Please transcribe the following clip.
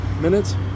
minutes